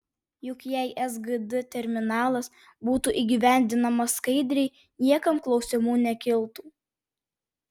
juk jei sgd terminalas būtų įgyvendinamas skaidriai niekam klausimų nekiltų